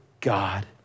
God